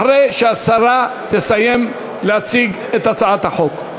אחרי שהשרה תסיים להציג את הצעת החוק.